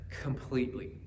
completely